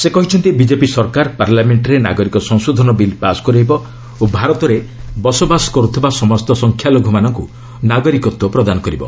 ସେ କହିଛନ୍ତି ବିଜେପି ସରକାର ପାର୍ଲାମେଙ୍କରେ ନାଗରିକ ସଂଶୋଧନ ବିଲ୍ ପାଶ୍ କରାଇବ ଓ ଭାରତରେ ବସବାସ କରୁଥିବା ସମସ୍ତ ସଂଖ୍ୟାଲଘୁମାନଙ୍କୁ ନାଗରିକତ୍ୱ ପ୍ରଦାନ କରିବ